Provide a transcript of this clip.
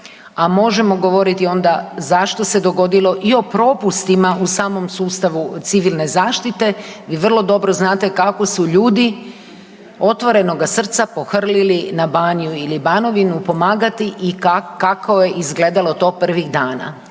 a možemo govoriti onda zašto se dogodilo i o propustima u samom sustavu civilne zaštite i vrlo dobro znate kako su ljudi otvorenoga srca pohrlili na Baniju ili Banovinu pomagati i kako je izgledalo to prvih dana.